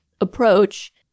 approach